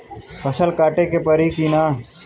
फसल काटे के परी कि न?